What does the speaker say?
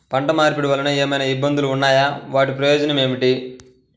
పంట మార్పిడి వలన ఏమయినా ఇబ్బందులు ఉన్నాయా వాటి ప్రయోజనం ఏంటి?